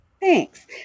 Thanks